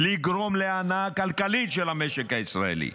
לגרום להנעה כלכלית של המשק הישראלי?